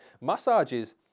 Massages